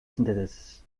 synthesis